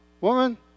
Woman